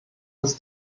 ist